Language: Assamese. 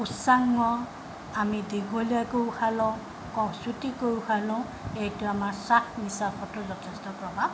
উচ্চাংগ আমি দীঘলীয়াকৈও উশাহ লওঁ ক চুটিকৈ উশাহ লওঁ এইটো আমাৰ শ্বাস নিশ্বাসতো যথেষ্ট প্ৰভাৱ